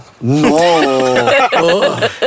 No